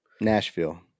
Nashville